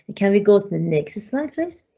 can we go to the next slide, please?